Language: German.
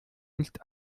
nicht